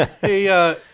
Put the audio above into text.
Hey